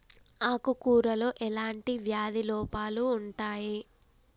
ఆకు కూరలో ఎలాంటి వ్యాధి లోపాలు ఉంటాయి?